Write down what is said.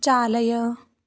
चालय